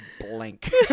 blank